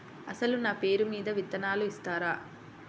అసలు నా పేరు మీద విత్తనాలు ఇస్తారా?